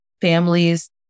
families